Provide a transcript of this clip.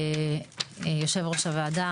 יושב ראש הוועדה,